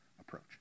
approach